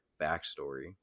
backstory